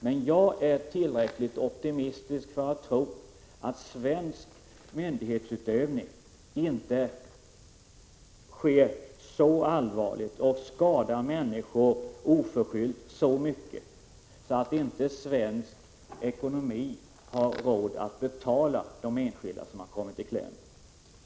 Men jag är tillräckligt optimistisk för att tro att svensk myndighetsutövning inte skadar människor oförskyllt så mycket att inte svensk ekonomi har råd att betala de enskilda som har kommit i kläm.